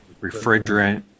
refrigerant